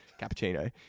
cappuccino